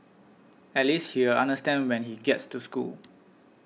at least he'll understand when he gets to school